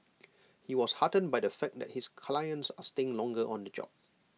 he was heartened by the fact that his clients are staying longer on the job